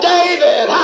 David